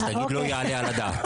אז תגיד לא יעלה על הדעת.